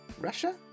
Russia